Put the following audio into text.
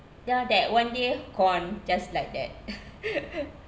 ya that one day gone just like that